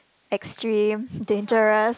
extreme dangerous